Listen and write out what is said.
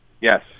Yes